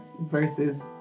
Versus